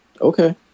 Okay